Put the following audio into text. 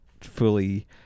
fully